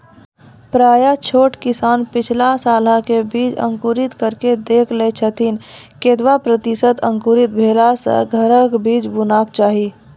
प्रायः छोट किसान पिछला सालक बीज अंकुरित कअक देख लै छथिन, केतबा प्रतिसत अंकुरित भेला सऽ घरक बीज बुनबाक चाही?